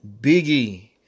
Biggie